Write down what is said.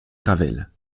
gravelle